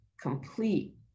complete